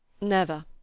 Never